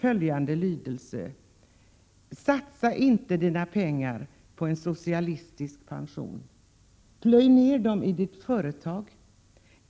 Råden var de här: Satsa inte dina pengar på en socialistisk pension, plöj ned dem i ditt företag